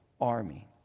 army